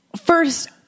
First